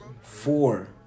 four